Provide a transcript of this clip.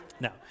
no